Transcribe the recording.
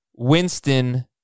Winston